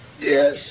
Yes